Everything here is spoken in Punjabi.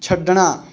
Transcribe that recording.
ਛੱਡਣਾ